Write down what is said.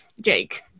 Jake